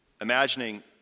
Imagining